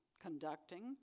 conducting